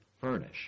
furnish